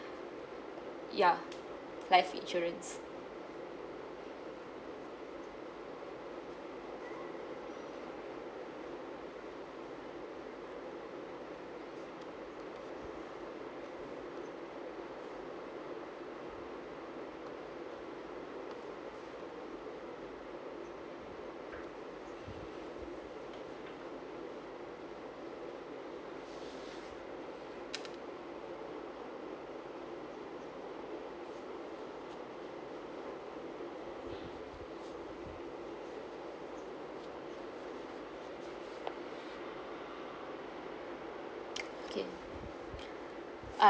ya life insurance okay uh